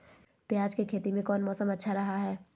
प्याज के खेती में कौन मौसम अच्छा रहा हय?